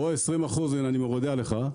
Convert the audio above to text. הנה 20% אני מורידה לך,